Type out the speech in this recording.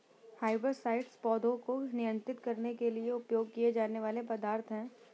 herbicides पौधों को नियंत्रित करने के लिए उपयोग किए जाने वाले पदार्थ हैं